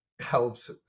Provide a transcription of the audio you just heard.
helps